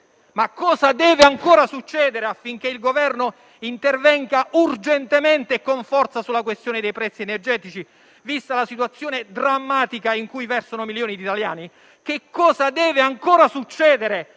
Cosa deve ancora succedere affinché il Governo intervenga urgentemente e con forza sulla questione dei prezzi energetici, vista la situazione drammatica in cui versano milioni di italiani? Cosa deve ancora succedere